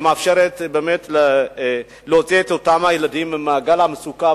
שמאפשרת באמת להוציא את אותם ילדים ממעגל המצוקה,